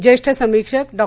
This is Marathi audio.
जेष्ठ समीक्षक डॉ